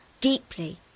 deeply